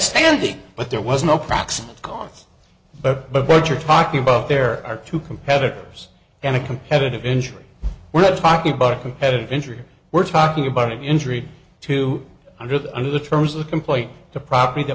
standing but there was no proximate cause but but but you're talking about there are two competitors and a competitive injury we're not talking about competitive injury we're talking about injury to under the under the terms of the complaint the property